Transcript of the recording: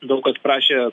daug kad prašė